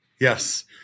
Yes